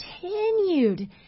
continued